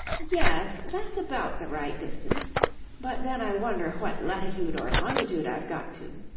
yes, that's about the right distance but then i wonder what latitude or longitude i've got to